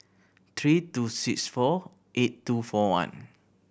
three two six four eight two four one